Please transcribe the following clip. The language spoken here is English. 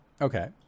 Okay